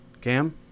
Cam